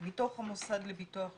מתוך הביטוח הלאומי.